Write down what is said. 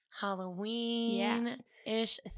Halloween-ish